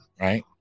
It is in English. Right